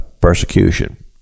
persecution